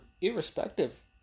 irrespective